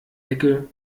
ecke